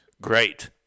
Great